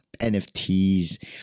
NFTs